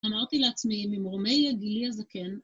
אמרתי לעצמי, ממרומי גילי אז זה כן.